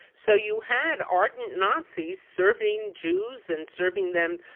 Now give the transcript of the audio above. so you had ardent nazis serving jews and serving them,